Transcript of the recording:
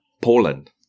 poland